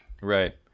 Right